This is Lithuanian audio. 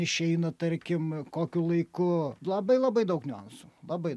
išeina tarkim kokiu laiku labai labai daug niuansų labai